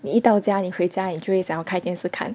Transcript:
你一到家你回家你就会想要开电视看